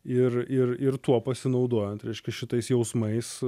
ir ir ir tuo pasinaudojant reiškia šitais jausmais